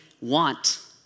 want